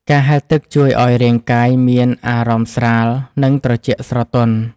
ការហែលទឹកជួយឱ្យរាងកាយមានអារម្មណ៍ស្រាល និងត្រជាក់ស្រទន់។